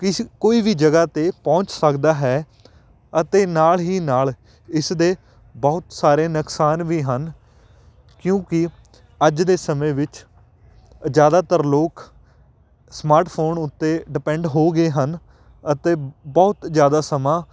ਕਿਸ ਕੋਈ ਵੀ ਜਗ੍ਹਾ 'ਤੇ ਪਹੁੰਚ ਸਕਦਾ ਹੈ ਅਤੇ ਨਾਲ ਹੀ ਨਾਲ ਇਸ ਦੇ ਬਹੁਤ ਸਾਰੇ ਨੁਕਸਾਨ ਵੀ ਹਨ ਕਿਉਂਕਿ ਅੱਜ ਦੇ ਸਮੇਂ ਵਿੱਚ ਜ਼ਿਆਦਾਤਰ ਲੋਕ ਸਮਾਰਟਫੋਨ ਉੱਤੇ ਡਿਪੈਂਡ ਹੋ ਗਏ ਹਨ ਅਤੇ ਬਹੁਤ ਜ਼ਿਆਦਾ ਸਮਾਂ